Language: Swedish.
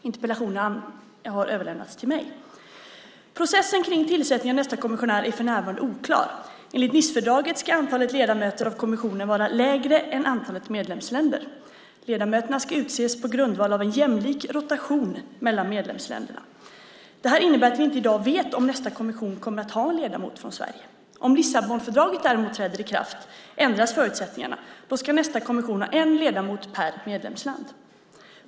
Interpellationen har överlämnats till mig. Processen kring tillsättningen av nästa kommission är för närvarande oklar. Enligt Nicefördraget ska antalet ledamöter av kommissionen vara mindre än antalet medlemsländer. Ledamöterna ska utses på grundval av en jämlik rotation mellan medlemsländerna. Detta innebär att vi i dag inte vet om nästa kommission kommer att ha en ledamot från Sverige. Om Lissabonfördraget däremot träder i kraft ändras förutsättningarna. Då ska nästa kommission ha en ledamot per medlemsland.